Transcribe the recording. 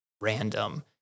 random